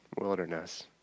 wilderness